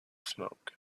smoke